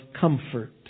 comfort